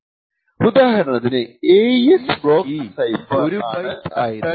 ഈ ഉദാഹരണത്തിൽ AES block cipher ആണ് അറ്റാക്ക് ചെയ്യപ്പെടുന്ന ഡിവൈസ്